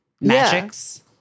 Magics